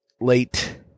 Late